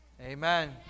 Amen